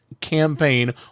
campaign